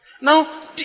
Now